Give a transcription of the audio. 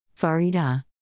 Farida